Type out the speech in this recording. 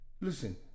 Listen